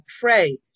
pray